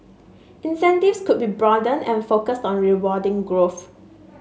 incentives could be broadened and focused on rewarding growth